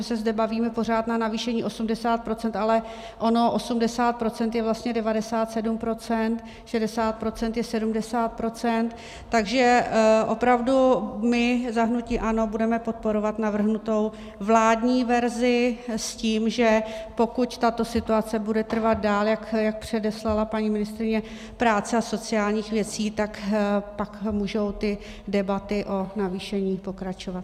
My se zde bavíme pořád o navýšení 80 %, ale ono 80 % je vlastně 97 %, 60 % je 70 %, takže opravdu my za hnutí ANO budeme podporovat navrženou vládní verzi s tím, že pokud tato situace bude trvat dál, jak předeslala paní ministryně práce a sociálních věcí, tak pak můžou ty debaty o navýšení pokračovat.